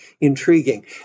intriguing